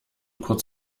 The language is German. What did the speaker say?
kurz